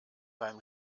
beim